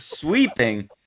sweeping